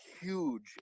huge